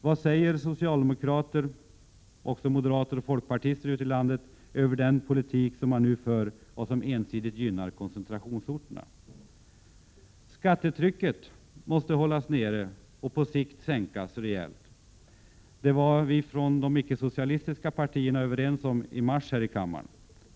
Vad säger socialdemokrater, moderater samt folkpartister ute i landet om den politik som man nu för och som ensidigt gynnar koncentrationsorterna? Skattetrycket måste hållas nere och på sikt sänkas rejält. Detta var vi från de icke-socialistiska partierna överens om i mars här i kammaren.